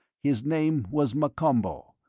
his name was m'kombo,